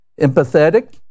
empathetic